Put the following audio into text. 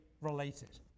related